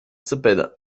sepeda